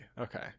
Okay